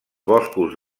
boscos